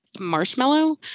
marshmallow